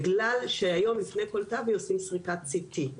בגלל שהיום לפני כל TAVI עושים סריקת CT,